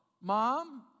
Mom